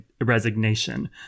resignation